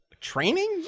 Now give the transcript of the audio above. training